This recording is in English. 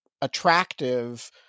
attractive